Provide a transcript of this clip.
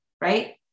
right